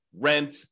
rent